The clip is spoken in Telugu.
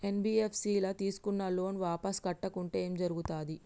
ఎన్.బి.ఎఫ్.ఎస్ ల తీస్కున్న లోన్ వాపస్ కట్టకుంటే ఏం జర్గుతది?